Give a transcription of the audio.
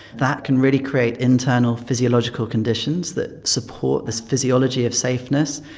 that can really create internal physiological conditions that support this physiology of safeness.